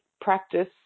practice